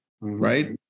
right